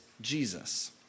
Jesus